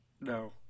No